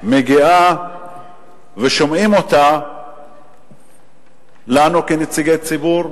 מגיעה ומשמיעים אותה לנו, כנציגי ציבור,